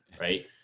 right